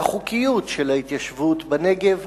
והחוקיות של ההתיישבות בנגב.